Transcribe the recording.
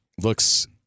Looks